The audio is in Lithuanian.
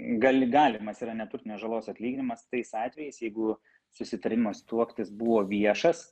gali galimas ir neturtinės žalos atlyginimas tais atvejais jeigu susitarimas tuoktis buvo viešas